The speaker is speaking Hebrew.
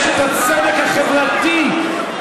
אשת הצדק החברתי,